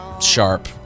sharp